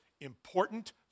important